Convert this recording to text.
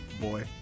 Boy